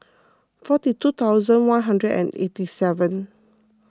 forty two thousand one hundred and eighty seven